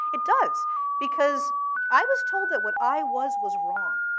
it does because i was told that what i was was wrong.